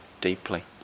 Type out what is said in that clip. deeply